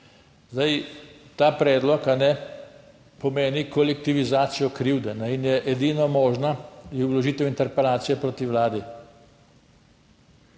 Zdaj ta predlog pomeni kolektivizacijo krivde in je edina možna vložitev interpelacije proti vladi.